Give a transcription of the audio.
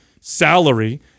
salary